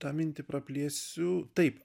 tą mintį praplėsiu taip